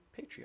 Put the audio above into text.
Patreon